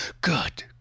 Good